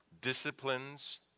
disciplines